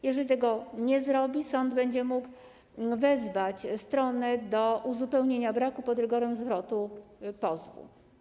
Jeżeli tego nie zrobi, sąd będzie mógł wezwać stronę do uzupełnienia braku pod rygorem zwrotu pozwu.